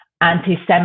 anti-Semitic